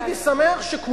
הייתי שמח שזה יהיה שמאל,